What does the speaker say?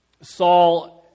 Saul